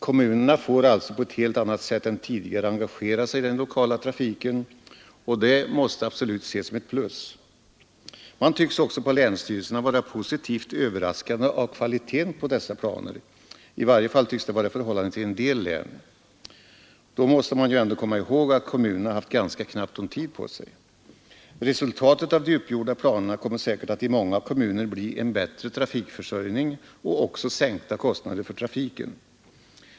Kommunerna får alltså på ett helt annat sätt än tidigare engagera sig i den lokala trafiken, och det måste absolut ses som ett plus. Man tycks också på länsstyrelserna vara positivt överraskad av kvaliteten på dessa planer; i varje fall tycks det vara förhållandet i en del län. Då måste man ju ändå komma ihåg att kommunerna haft ganska knappt om tid på sig. Resultatet av de uppgjorda planerna kommer säkert att i många kommuner bli en bättre trafikförsörjning och sänkta kostnader för trafiken.